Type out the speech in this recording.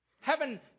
Heaven